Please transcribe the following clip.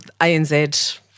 ANZ